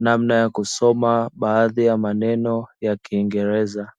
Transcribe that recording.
namna ya kusoma baadhi ya maneno ya kiingereza.